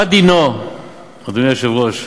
מה דינו, אדוני היושב-ראש,